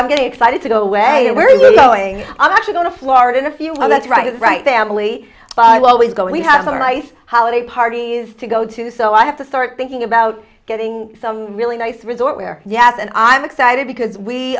i'm getting excited to go away and we're going i'm actually going to florida in a few well that's right that's right them only five always going we have a nice holiday parties to go to so i have to start thinking about getting some really nice resort where yes and i'm excited because we